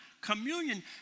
communion